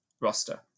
roster